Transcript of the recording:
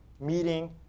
meeting